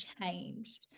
changed